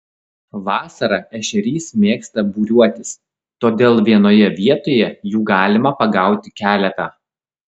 vasarą ešerys mėgsta būriuotis todėl vienoje vietoje jų galima pagauti keletą